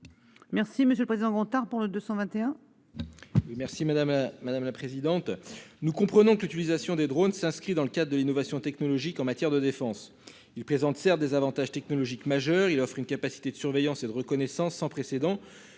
Merci, monsieur le Président vont tard pour le 221. Merci madame, madame la présidente. Nous comprenons que l'utilisation des drone s'inscrit dans le cadre de l'innovation technologique en matière de défense du plaisante sert des avantages technologiques majeures, il offre une capacité de surveillance et de reconnaissance sans précédent,